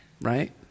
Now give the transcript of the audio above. right